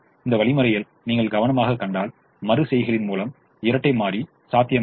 இந்த வழிமுறையில் நீங்கள் கவனமாகக் கண்டால் மறு செய்கைகளின் மூலம் இரட்டை மாறி சாத்தியமானது